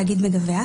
תאגיד מדווח)